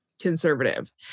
conservative